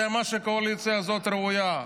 זה מה שהקואליציה הזאת ראויה.